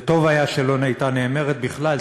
וטוב היה שלא הייתה נאמרת בכלל.